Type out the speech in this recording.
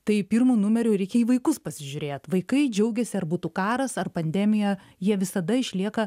tai pirmu numeriu reikia į vaikus pasižiūrėt vaikai džiaugiasi ar būtų karas ar pandemija jie visada išlieka